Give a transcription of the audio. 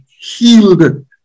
healed